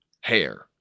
hair